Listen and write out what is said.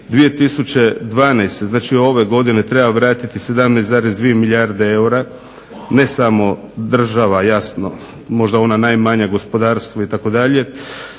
2012.znači ove godine treba vratiti 17,2 milijarde eura, ne samo država jasno, možda ona najmanja gospodarstva itd.,